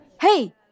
Hey